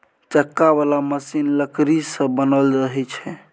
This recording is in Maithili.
चक्का बला मशीन लकड़ी सँ बनल रहइ छै